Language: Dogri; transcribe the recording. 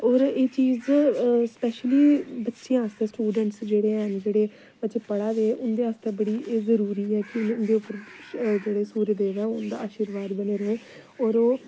होर एह् चीज स्पेशली बच्चें आस्तै स्टूडेटंस जेह्ड़े हैन जेह्ड़े बच्चे पढ़ा दे ऐ उं'दे आस्तै बड़ी जरूरी ऐ कि उं'दी उप्पर जेह्ड़े सूर्य देवता उं'दा आशिर्वाद बनेआ रवै होर ओह्